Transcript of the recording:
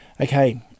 Okay